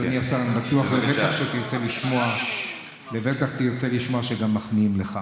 אדוני השר, אני בטוח שתרצה לשמוע שגם מחמיאים לך.